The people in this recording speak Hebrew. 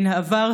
בין העבר,